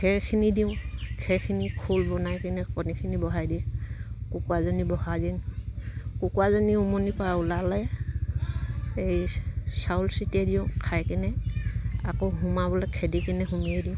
খেৰখিনি দিওঁ খেৰখিনি বনাই কিনে কণীখিনি দি কুকুৰাজনী বহাই দিওঁ কুকুৰাজনী উমনিৰ পৰা ওলালে এই চাউল ছিটিয়াই দিওঁ খাই কিনে আকৌ সোমাবলে খেদি কিনে সুমুৱাই দিওঁ